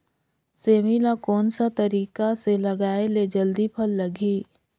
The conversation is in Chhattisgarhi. सेमी ला कोन सा तरीका से लगाय ले जल्दी फल लगही?